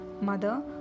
Mother